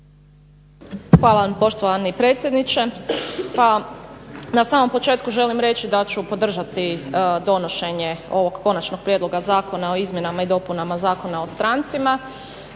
vam poštovani predsjedniče. Pa na samom početku želim reći da ću podržati donošenje ovog Konačnog prijedloga zakona o izmjenama i dopunama Zakona o strancima